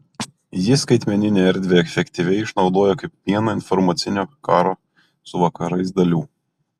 ji skaitmeninę erdvę efektyviai išnaudoja kaip vieną informacinio karo su vakarais dalių